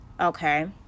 Okay